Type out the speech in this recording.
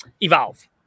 evolve